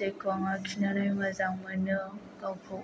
जेखौ आं आखिनानै मोजां मोनो गावखौ